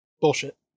Bullshit